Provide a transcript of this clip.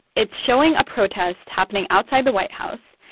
it's showing a protest happening outside the white house.